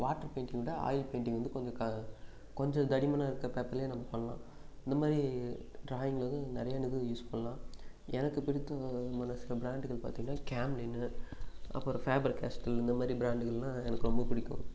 water பெயிண்டிங்கை விட oil painting வந்து கொஞ்சம் கொஞ்சம் தடிமனாக இருக்க பேப்பர்லேயே நம்ம பண்ணலாம் இந்த மாதிரி ட்ராயிங்கில் வந்து நிறைய நிப்பு யூஸ் பண்ணலாம் எனக்கு பிடித்தமான சில பிராண்டுகள் பார்த்திங்கன்னா கேம்லீனு அப்புறம் ஃபேபர் கேஸ்டில் இந்த மாதிரி பிராண்டுகள்னா எனக்கு ரொம்ப பிடிக்கும்